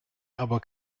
aber